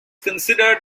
considered